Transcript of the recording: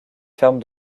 ferme